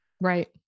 Right